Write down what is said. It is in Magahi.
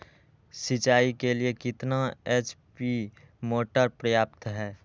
सिंचाई के लिए कितना एच.पी मोटर पर्याप्त है?